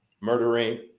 Murdering